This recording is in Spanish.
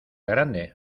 grande